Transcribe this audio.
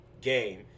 game